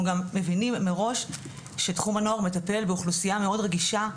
אנחנו גם מבינים מראש שתחום הנוער מטפל באוכלוסייה מאוד רגישה.